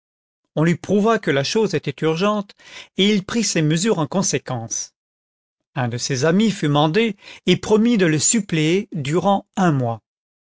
on lui prouva que la chose était urgente et il prit ses mesures en conséquence un de ses amis fut mandé et promit de le suppléer durant un mois